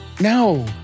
No